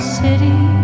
city